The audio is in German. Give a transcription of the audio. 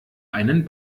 einen